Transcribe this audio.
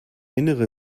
innere